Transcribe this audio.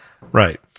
Right